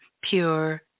pure